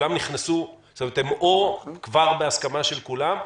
או שהם כבר בהסכמה של כולם,